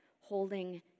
holding